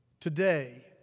Today